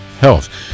health